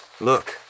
Look